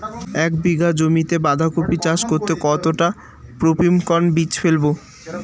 এক বিঘা জমিতে বাধাকপি চাষ করতে কতটা পপ্রীমকন বীজ ফেলবো?